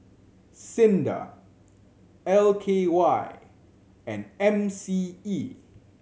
SINDA L K Y and M C E